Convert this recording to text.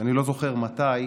שאני לא זוכר מתי